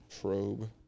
Probe